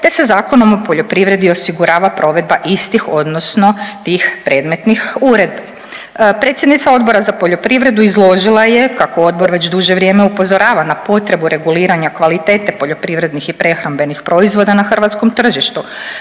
te se Zakonom o poljoprivredi osigurava provedba istih odnosno tih predmetnih uredbi. Predsjednica Odbora za poljoprivredu izložila je kako odbor već duže vrijeme upozorava na potrebu reguliranja kvalitete poljoprivrednih i prehrambenih proizvoda na hrvatskom tržištu